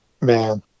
Man